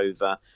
over